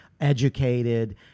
educated